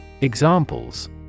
Examples